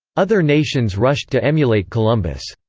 other nations rushed to emulate columbus.